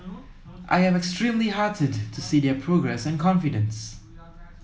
I am extremely heartened to see their progress and confidence